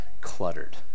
cluttered